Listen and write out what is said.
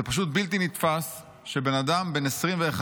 זה פשוט בלתי נתפס שבן אדם בן 21,